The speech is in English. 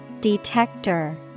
Detector